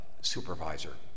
supervisor